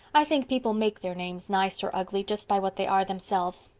i think people make their names nice or ugly just by what they are themselves.